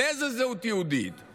לאיזו זהות יהודית,